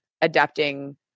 adapting